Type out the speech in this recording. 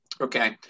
Okay